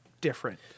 different